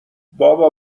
بابا